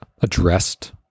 addressed